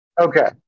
Okay